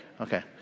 Okay